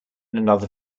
another